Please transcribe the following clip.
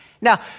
Now